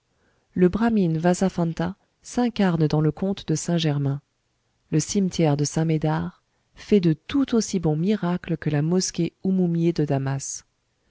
le brahmine vâsaphantâ s'incarne dans le comte de saint-germain le cimetière de saint-médard fait de tout aussi bons miracles que la mosquée oumoumié de damas